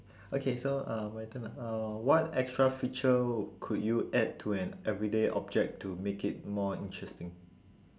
okay so uh my turn ah uh what extra feature could you add to an everyday object to make it more interesting